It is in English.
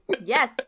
yes